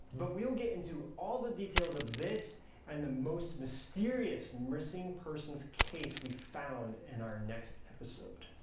but we will get into all the details of this and the most mysterious missing persons case we found in our next episode.